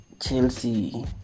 Chelsea